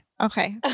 Okay